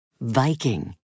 Viking